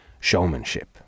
showmanship